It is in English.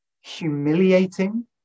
humiliating